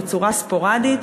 בצורה ספורדית,